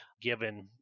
given